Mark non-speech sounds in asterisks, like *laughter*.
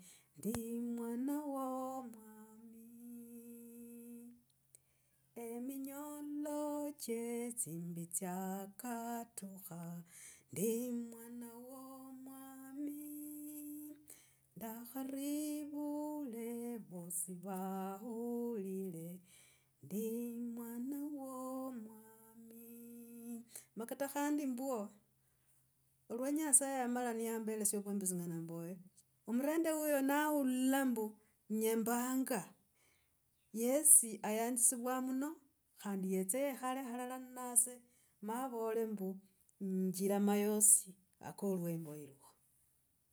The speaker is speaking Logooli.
Ndi mwna wa mwamii, eminyolo che tsimbi tsyakatukha ndi mwana wa omwami, ndakharivule vosi vaulile ndi mwanza wa mwami, ma kata khandi mbwo, bwo nyasaye yamala niyambelesia vwami singana mb *hesitation* omurende uyo naula ombu, nyembanga yesi ayanzisiwa muno, khandi yetse yekhale halala ninase ma avole mbu, mu njirama yosi ake lwimbo lwa.